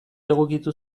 egokitu